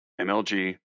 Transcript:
MLG